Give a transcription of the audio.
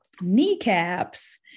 kneecaps